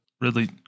Ridley